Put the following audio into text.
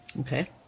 Okay